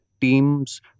teams